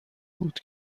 بود